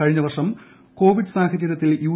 കഴിഞ്ഞ വർഷം കോവിഡ് സാഹചര്യത്തിൽ യു